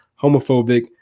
homophobic